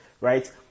right